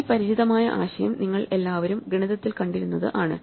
ഈ പരിചിതമായ ആശയം നിങ്ങൾ എല്ലാവരും ഗണിതത്തിൽ കണ്ടിരുന്നത് ആണ്